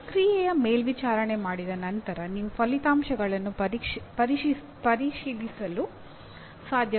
ಒಂದು ಪ್ರಕ್ರಿಯೆಯ ಮೇಲ್ವಿಚಾರಣೆ ಮಾಡಿದ ನಂತರ ನೀವು ಪರಿಣಾಮಗಳನ್ನು ಪರಿಶೀಲಿಸಲು ಸಾಧ್ಯವಾಗುತ್ತದೆ